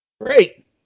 Great